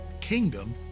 kingdom